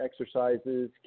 exercises